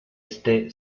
este